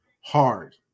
hard